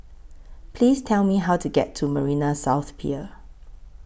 Please Tell Me How to get to Marina South Pier